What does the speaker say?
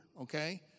okay